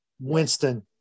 Winston